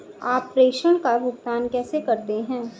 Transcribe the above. आप प्रेषण का भुगतान कैसे करते हैं?